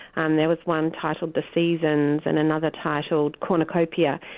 um there was one titled the seasons and another titled cornucopia.